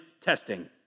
testing